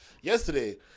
yesterday